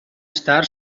estar